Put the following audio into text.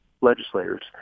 legislators